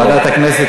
לא לכנסת,